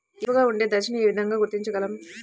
ఏపుగా ఉండే దశను ఏ విధంగా గుర్తించగలం?